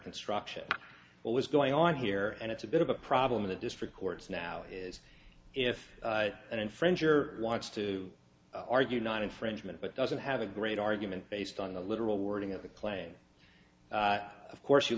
construction what was going on here and it's a bit of a problem in the district courts now is if an infringer watch to argue not infringement but doesn't have a great argument based on the literal wording of the claim of course you